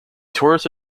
tourist